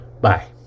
Bye